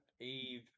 Eve